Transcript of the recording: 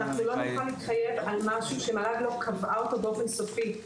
אנחנו לא נוכל להתחייב על משהו שמל"ג לא קבעה אותו באופן סופי.